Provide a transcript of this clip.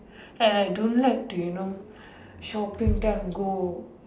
and like I don't like to you know shopping time go